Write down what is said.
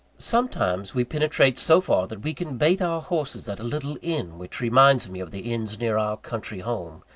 sometimes we penetrate so far that we can bait our horses at a little inn which reminds me of the inns near our country home.